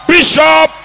Bishop